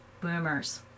boomers